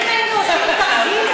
אם היינו עושים תרגיל,